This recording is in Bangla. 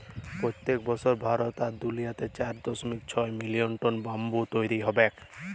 পইত্তেক বসর ভারত আর দুলিয়াতে চার দশমিক ছয় মিলিয়ল টল ব্যাম্বু তৈরি হবেক